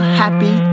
happy